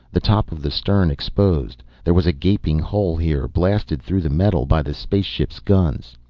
the top of the stern exposed. there was a gaping hole here, blasted through the metal by the spaceship's guns.